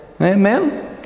Amen